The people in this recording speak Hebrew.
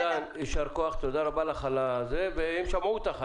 נעם דן, יישר כוח, תודה רבה לך, הם שמעו אותך.